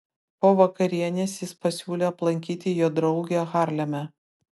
po vakarienės jis pasiūlė aplankyti jo draugę harleme